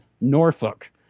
Norfolk